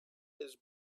his